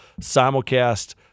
simulcast